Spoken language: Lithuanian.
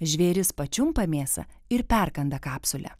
žvėrys pačiumpa mėsą ir perkanda kapsulę